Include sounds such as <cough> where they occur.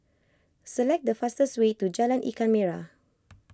select the fastest way to Jalan Ikan Merah <noise>